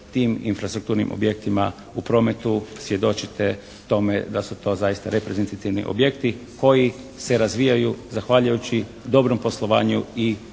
tim infrastrukturnim objektima u prometu svjedočite tome da su to zaista reprezentativni objekti koji se razvijaju zahvaljujući dobrom poslovanju i solidnim